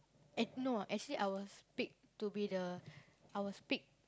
eh no actually I was picked to be the I was picked